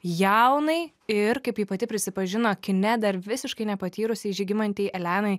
jaunai ir kaip ji pati prisipažino kine dar visiškai nepatyrusiai žygimantei elenai